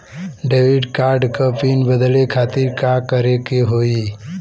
Debit card क PIN बदले खातिर का करेके होई?